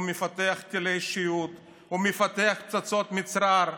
הוא מפתח טילי שיוט, הוא מפתח פצצות מצרר,